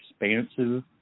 expansive